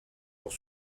pour